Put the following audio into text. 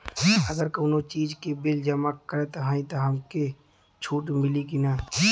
अगर कउनो चीज़ के बिल जमा करत हई तब हमके छूट मिली कि ना?